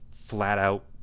flat-out